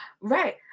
right